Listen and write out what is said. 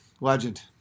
legend